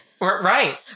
Right